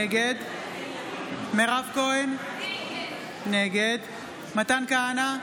נגד מירב כהן, נגד מתן כהנא,